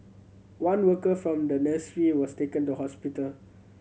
one worker from the nursery was taken to hospital